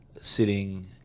sitting